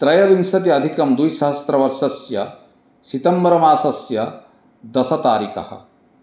त्रयोविंशत्यधिकं द्विसहस्रवर्षस्य सितंबर मासस्य दशतारिकः